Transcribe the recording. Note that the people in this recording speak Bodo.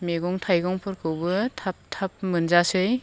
मेगं थाइगंफोरखौबो थाब थाब मोनजासै